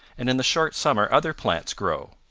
and in the short summer other plants grow.